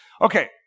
Okay